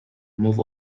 remove